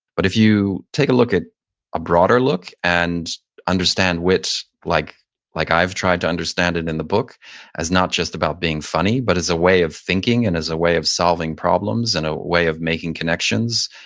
but if you take a look at a broader look and understand wit as like like i've tried to understand it in the book as not just about being funny, but as a way of thinking, and as a way of solving problems, and a way of making connections.